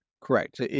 Correct